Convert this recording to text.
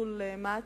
בטיפול מע"צ.